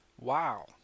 Wow